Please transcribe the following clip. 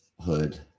hood